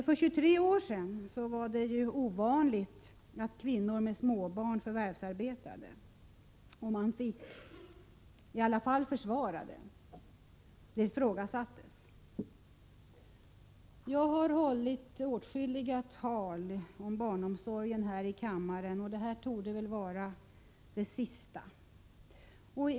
För 23 år sedan var det ovanligt att kvinnor med småbarn förvärvsarbetade. I varje fall fick man försvara sig, för detta var någonting som ifrågasattes. Jag har hållit åtskilliga tal om barnomsorgen här i kammaren. Detta tal torde vara det sista.